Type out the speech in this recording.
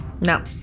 No